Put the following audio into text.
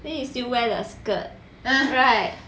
then you still wear the skirt right